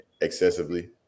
excessively